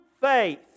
faith